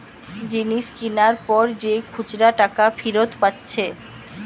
জিনিস কিনার পর যে খুচরা টাকা ফিরত পাচ্ছে